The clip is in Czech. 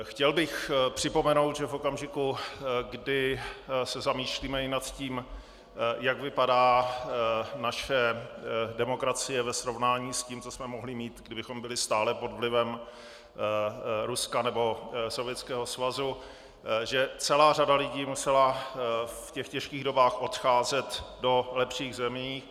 Chtěl bych připomenout, že v okamžiku, kdy se zamýšlíme i nad tím, jak vypadá naše demokracie ve srovnání s tím, co jsme mohli mít, kdybychom byli stále pod vlivem Ruska nebo Sovětského svazu, že celá řada lidí musela v těch těžkých dobách odcházet do lepších zemí.